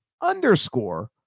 underscore